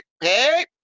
hey